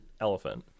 elephant